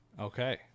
Okay